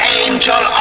angel